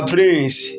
Prince